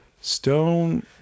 Stone